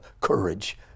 courage